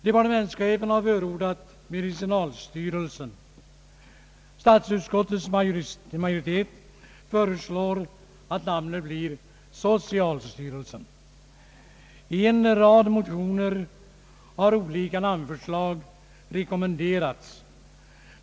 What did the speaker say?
Departementschefen har förordat namnet medicinalstyrelsen, medan statsutskottets majoritet föreslår att namnet blir socialstyrelsen. I en rad motioner har olika namnförslag rekommenderats.